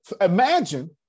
imagine